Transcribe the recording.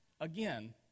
again